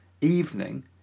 evening